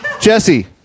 Jesse